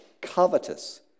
covetous